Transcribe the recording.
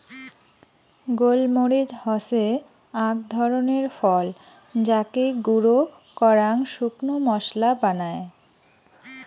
গোল মরিচ হসে আক ধরণের ফল যাকে গুঁড়ো করাং শুকনো মশলা বানায়